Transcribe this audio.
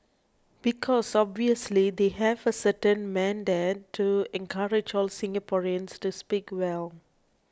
because obviously they have a certain mandate to encourage all Singaporeans to speak well